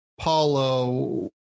Paulo